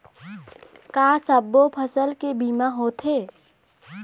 का सब्बो फसल के बीमा होथे?